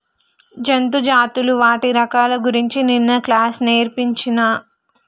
జంతు జాతులు వాటి రకాల గురించి నిన్న క్లాస్ లో నేర్పిచిన్రు